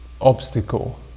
obstacle